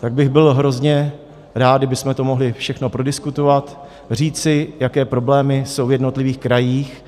Tak bych byl hrozně rád, kdybychom to mohli všechno prodiskutovat, říci, jaké problémy jsou v jednotlivých krajích,